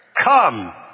Come